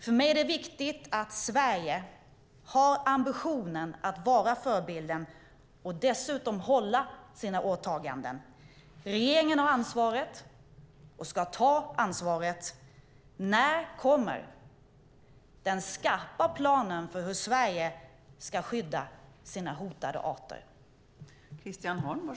För mig är det viktigt att Sverige har ambitionen att vara en förebild och hålla sina åtaganden. Regeringen har ansvaret och ska ta ansvaret. När kommer den skarpa planen för hur Sverige ska skydda sina hotade arter?